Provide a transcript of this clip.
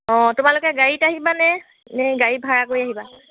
অঁ তোমালোকে গাড়ীত আহিবানে নে গাড়ী ভাড়া কৰি আহিবা